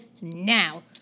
now